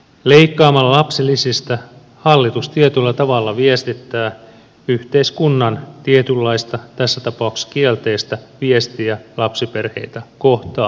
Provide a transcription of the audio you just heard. leikkaamalla lapsilisistä hallitus tietyllä tavalla viestittää yhteiskunnan tietynlaista tässä tapauksessa kielteistä viestiä lapsiperheitä kohtaan